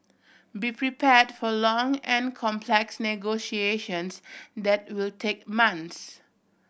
be prepared for long and complex negotiations that will take months